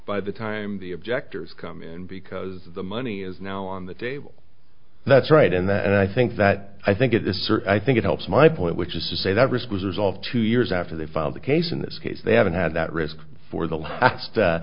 by the time the objectors come in because the money is now on the table that's right and i think that i think it is sir i think it helps my point which is to say that risk was resolved two years after they filed the case in this case they haven't had that risk for the la